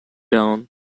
down